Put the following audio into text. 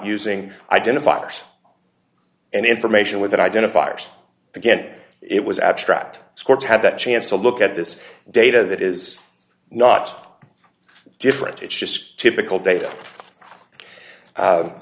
using identifiers and information with that identifiers again it was abstract sports had that chance to look at this data that is not different it's just typical data